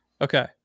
Okay